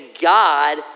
God